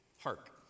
Hark